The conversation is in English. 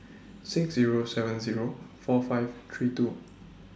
six Zero seven Zero four five three two